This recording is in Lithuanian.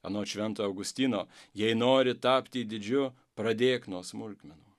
anot švento augustino jei nori tapti didžiu pradėk nuo smulkmenų